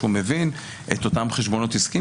כשהוא מבין את אותם חשבון עסקיים,